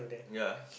ya